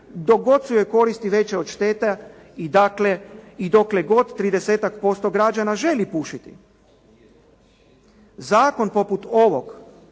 dok god su joj koristi veće od štete i dakle dokle god 30-tak posto građana želi pušiti zakon poput ovog